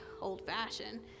old-fashioned